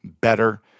better